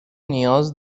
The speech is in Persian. نیاز